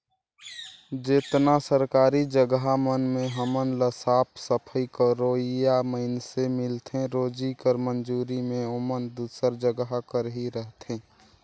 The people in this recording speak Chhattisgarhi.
जेतना सरकारी जगहा मन में हमन ल साफ सफई करोइया मइनसे मिलथें रोजी कर मंजूरी में ओमन दूसर जगहा कर ही रहथें